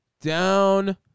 Down